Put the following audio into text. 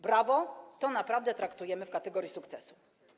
Brawo, to naprawdę traktujemy w kategoriach sukcesu.